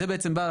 זה בא,